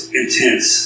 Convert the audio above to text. intense